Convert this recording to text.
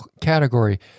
category